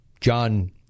John